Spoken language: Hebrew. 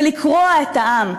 ולקרוע את העם.